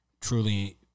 truly